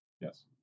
Yes